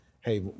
hey